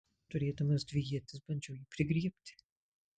turėdamas dvi ietis bandžiau jį prigriebti